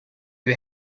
you